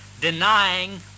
denying